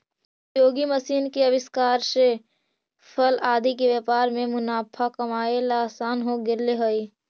उपयोगी मशीन के आविष्कार से फल आदि के व्यापार में मुनाफा कमाएला असान हो गेले हई